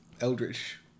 eldritch